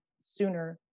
sooner